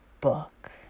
book